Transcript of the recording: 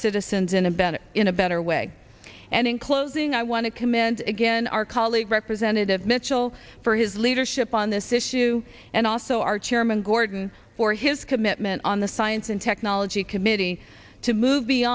citizens in a better in a better way and in closing i want to commend again our colleague representative mitchell for his leadership on this issue and also our chairman gorton for his commitment on the science and technology committee to mov